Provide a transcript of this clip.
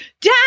dad